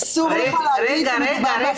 אסור לך להגיד שמדובר בהפחתת נזק.